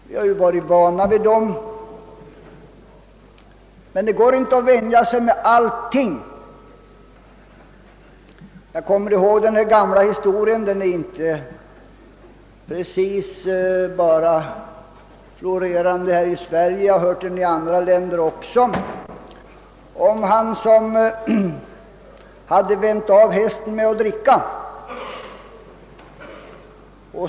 Vi har varit vana vid skattehöjningar, men det går inte att vänja sig vid allting. Jag erinrar mig den gamla historien — jag har inte hört den bara här i Sverige utan även i andra länder — om bonden som hade vant av hästen med att dricka.